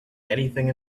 anything